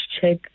check